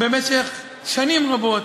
במשך שנים רבות